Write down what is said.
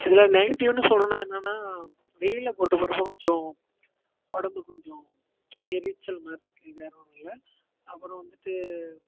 இதில் நெகட்டிவ்னு சொல்லணுனா என்னன்னா வெயிலில் போட்டு போகிறப்ப கொஞ்சம் உடம்பு கொஞ்சம் எரிச்சல்மாதிரி இருக்துகு வேறு ஒன்னும் இல்லை அப்புறம் வந்துட்டு